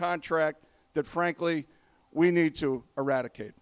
contract that frankly we need to eradicate